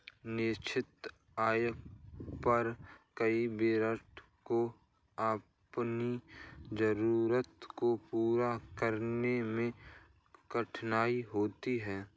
निश्चित आय पर कई वरिष्ठों को अपनी जरूरतों को पूरा करने में कठिनाई होती है